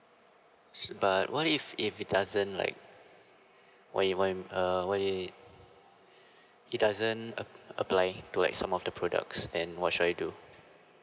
but what if if it doesn't like when you going uh what if it doesn't uh apply to like some of the products and what should I do